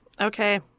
Okay